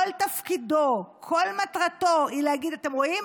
כל תפקידו, כל מטרתו, היא להגיד: אתם רואים?